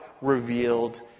revealed